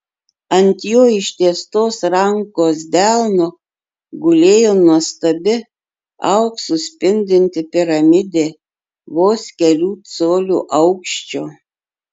ant jo ištiestos rankos delno gulėjo nuostabi auksu spindinti piramidė vos kelių colių aukščio